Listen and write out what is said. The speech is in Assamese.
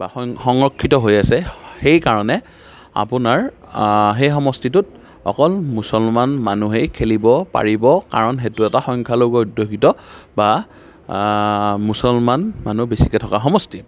বা সং সংৰক্ষিত হৈ আছে সেই কাৰণে আপোনাৰ সেই সমষ্টিটোত অকল মুছলমান মানুহেই খেলিব পাৰিব কাৰণ সেইটো এটা সংখ্যালঘু অধ্যুষিত বা মুছলমান মানুহ বেছিকৈ থকা সমষ্টি